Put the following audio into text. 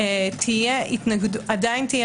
כתוב מפורשות השיקול השלישי כי לא ניתן להשיג